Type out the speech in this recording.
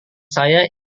saya